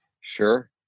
Sure